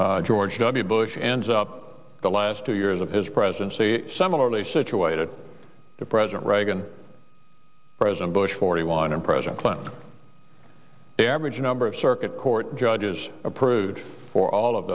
president george w bush ends up the last two years of his presidency similarly situated the president reagan president bush forty one and president clinton the average number of circuit court judges approved for all of